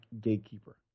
gatekeeper